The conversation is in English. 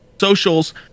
socials